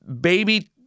baby